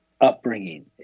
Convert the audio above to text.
upbringing